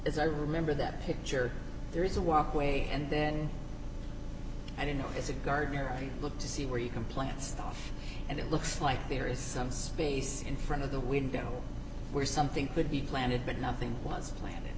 as i remember that picture there is a walkway and then i don't know as a guard here i look to see where you can plant stuff and it looks like there is some space in front of the window where something could be planted but nothing was planted